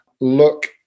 look